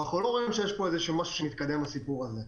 ואנחנו לא רואים שיש משהו שמתקדם בסיפור הזה.